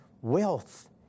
wealth